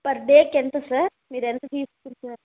per డేకి ఎంత sir మీరు ఎంత తీసుకుంటున్నారు